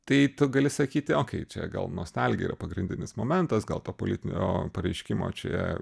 tai tu gali sakyti okei čia gal nostalgija yra pagrindinis momentas gal to politinio pareiškimo čia